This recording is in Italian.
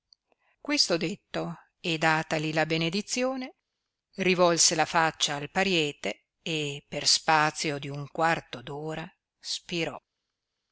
questo detto e datali la benedizione rivolse la faccia al pariete e per spazio di un quarto d'ora spirò